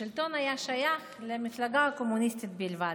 השלטון היה שייך למפלגה הקומוניסטית בלבד.